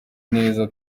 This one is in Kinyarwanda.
neza